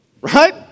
right